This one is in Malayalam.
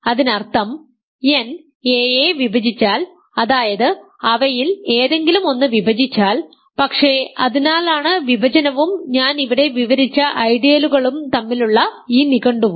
അതിനർത്ഥം n a യെ വിഭജിച്ചാൽ അതായത് അവയിൽ ഏതെങ്കിലും ഒന്നു വിഭജിച്ചാൽ പക്ഷേ അതിനാലാണ് വിഭജനവും ഞാൻ ഇവിടെ വിവരിച്ച ഐഡിയലുകളും തമ്മിലുള്ള ഈ നിഘണ്ടുവും